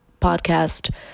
podcast